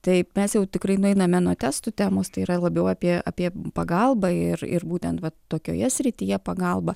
taip mes jau tikrai nueiname nuo testų temos tai yra labiau apie apie pagalbą ir ir būtent va tokioje srityje pagalba